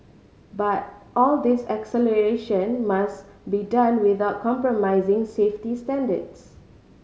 but all this acceleration must be done without compromising safety standards